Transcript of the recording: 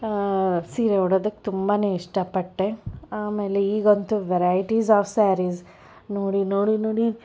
ಸೀರೆ ಉಡೋದಕ್ಕೆ ತುಂಬನೇ ಇಷ್ಟಪಟ್ಟೆ ಆಮೇಲೆ ಈಗ ಅಂತೂ ವೆರೈಟಿಸ್ ಆಫ್ ಸಾರೀಸ್ ನೋಡಿ ನೋಡಿ ನೋಡಿ